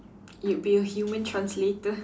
you be a human translator